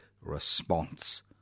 response